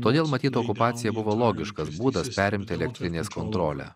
todėl matyt okupacija buvo logiškas būdas perimti elektrinės kontrolę